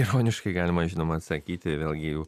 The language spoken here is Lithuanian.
ironiškai galima žinoma atsakyti vėlgi jeigu